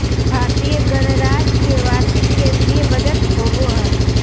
भारतीय गणराज्य के वार्षिक केंद्रीय बजट होबो हइ